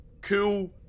cool